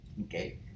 okay